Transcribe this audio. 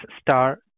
star